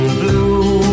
blue